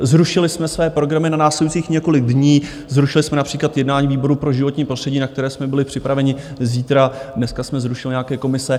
Zrušili jsme své programy na následujících několik dní, zrušili jsme například jednání výboru pro životní prostředí, na které jsme byli připraveni zítra, dneska jsme zrušili nějaké komise.